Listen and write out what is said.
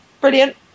Brilliant